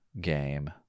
game